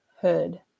Hood